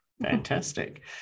Fantastic